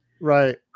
Right